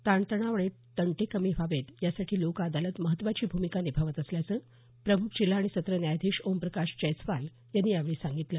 ताणतणाव आणि तंटे कमी व्हावेत यासाठी लोक अदालत महत्त्वाची भूमिका निभावत असल्याचं प्रमुख जिल्हा आणि सत्र न्यायाधीश ओमप्रकाश जयस्वाल यांनी यावेळी सांगितलं